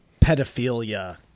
pedophilia